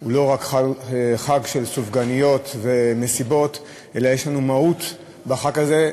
הוא לא רק חג של סופגניות ומסיבות אלא יש לנו מהות בחג הזה.